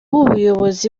ubuyobozi